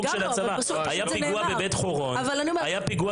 היה פיגוע